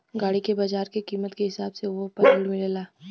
गाड़ी के बाजार के कीमत के हिसाब से वोह पर ऋण मिलेला